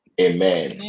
Amen